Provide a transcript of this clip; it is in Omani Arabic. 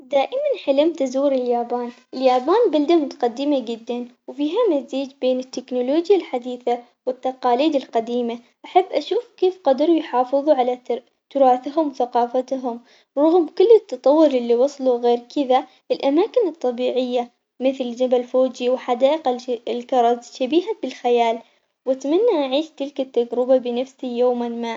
دائماً حلمت أزور اليابان، اليابان بلدة متقدمة وبيها مزيج بين التكنولوجيا الحديثة والتقاليد القديمة، أحب أشوف كيف قدروا يحافظوا على ت- تراثهم وثقافتهم رغم كل التطور اللي وصلوا غير كذا الأماكن الطبيعية مثل جبل فوجي وحدائق الش- الكرز شبيهة بالخيال وأتمنى أعيش تلك التجربة بنفسي يوما ما.